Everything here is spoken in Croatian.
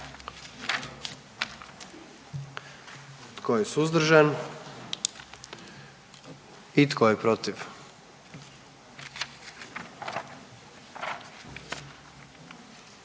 Tko je suzdržan? I tko je protiv?